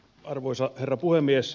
arvoisa herra puhemies